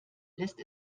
lässt